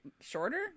shorter